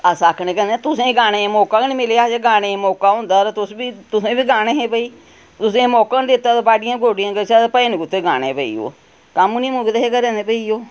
अस आक्खने कि तुसेंगी गाने दा मौका गै नेईं मिलेआ जेकर गाने दा मौका होंदा ते तुस बी तुसें बी गाने हे भई तुसेंगी मौका गे नेईं दित्ता बाडियां गोड्डियें कशा भजन कुत्थै गाने हे भई ओह् कम्म गै नेईं हे मुकदे हे घरें दे फ्ही ओह्